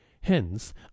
hence